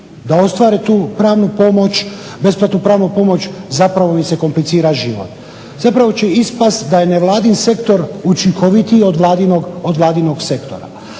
da ostvare tu pravnu pomoć, besplatnu pravnu pomoć zapravo im se komplicira život. Zapravo će ispasti da je nevladin sektor učinkovitiji od Vladinog sektora.